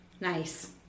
Nice